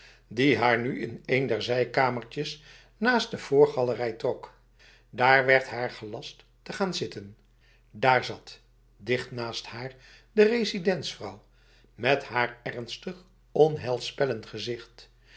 die haar nu in een der zijkamertjes naast de voorgalerij trok daar werd haar gelast te gaan zitten daar zat dicht naast haar de residentsvrouw met haar ernstig onheilspellend gezicht